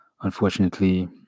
unfortunately